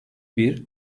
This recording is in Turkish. bir